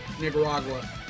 Nicaragua